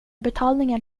betalningen